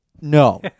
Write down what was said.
no